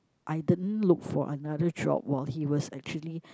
I didn't look for another job while he was actually